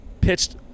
pitched